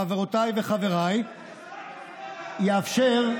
חברותיי וחבריי, יאפשר,